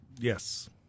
Yes